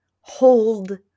hold